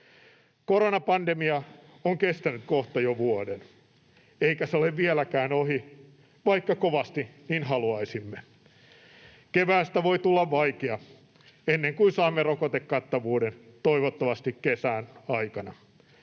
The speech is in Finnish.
Koronapandemia on kestänyt kohta jo vuoden, eikä se ole vieläkään ohi, vaikka kovasti niin haluaisimme. Keväästä voi tulla vaikea, ennen kuin saamme rokotekattavuuden — toivottavasti kesän aikana.